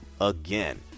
again